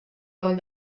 coll